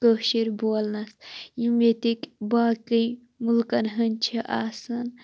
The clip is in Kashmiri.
کٲشِر بولنَس یم ییٚتکۍ باقٕے ملکَن ہنٛدۍ چھ آسان